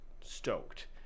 stoked